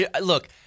Look